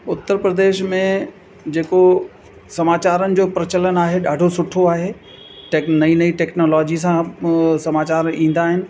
उत्तर प्रदेश में जेको समाचारनि जो प्रचलन आहे ॾाढो सुठो आहे टैक नईं नईं टैक्नोलॉजी सां समाचार ईंदा आहिनि